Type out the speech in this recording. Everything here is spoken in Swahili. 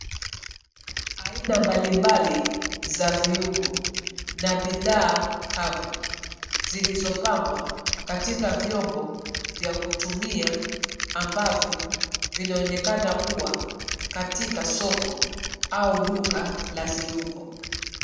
Aina mbalimbali za viungo na bidhaa kavu zilizopangwa katika vyombo vya kutumia ambavyo vinaonekana kuwa katika soko au duka la viungo.